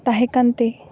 ᱛᱟᱦᱮᱸ ᱠᱟᱱᱛᱮ